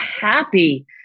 happy